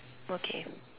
okay